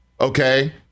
okay